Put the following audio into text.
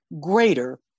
greater